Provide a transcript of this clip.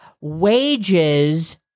wages